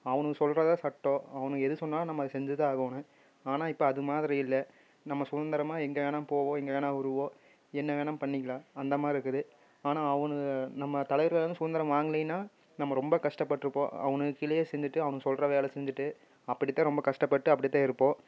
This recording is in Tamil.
அவனுங்க சொல்கிறதுதான் சட்டம் அவனுங்க எது சொன்னாலும் நம்ம அதை செஞ்சு தான் ஆகணும் ஆனால் இப்போ அது மாதிரி இல்லை நம்ம சுதந்திரமா எங்கே வேணால் போவோம் எங்கே வேணால் வருவோம் என்ன வேணால் பண்ணிக்கலாம் அந்தமாரிருக்குது ஆனால் அவனுக நம்ம தலைவர் சுதந்திரம் வாங்கலைனா நம்ம ரொம்ப கஷ்டப்பட்டிருப்போம் அவனுங்க கீழேயே செஞ்சுட்டு அவனுங்க சொல்கிற வேலையை செஞ்சுட்டு அப்படிதான் ரொம்ப கஷ்டப்பட்டு அப்படி தான் இருப்போம்